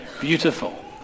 beautiful